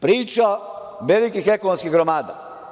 Priča velikih ekonomskih gromada.